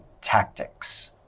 tactics